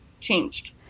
changed